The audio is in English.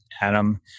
Adam